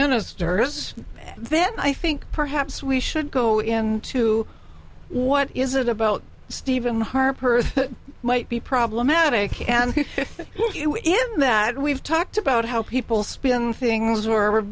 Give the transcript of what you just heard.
ministers then i think perhaps we should go into what is it about stephen harper's might be problematic in that we've talked about how people spin things were